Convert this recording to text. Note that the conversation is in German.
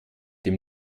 dem